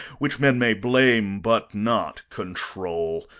which men may blame, but not control.